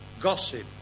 gossip